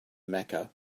mecca